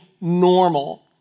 normal